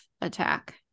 attack